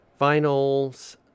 vinyls